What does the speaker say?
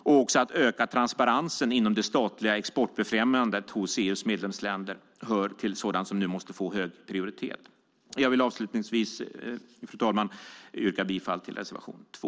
Också att öka transparensen inom det statliga exportbefrämjandet hos EU:s medlemsländer hör också till sådant som nu måste ges hög prioritet. Jag vill avslutningsvis yrka bifall till reservation 2.